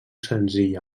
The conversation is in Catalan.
senzill